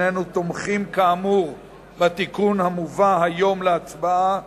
הננו תומכים כאמור בתיקון המובא היום להצבעה,